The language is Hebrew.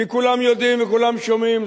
כי כולם יודעים וכולם שומעים,